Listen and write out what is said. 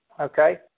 okay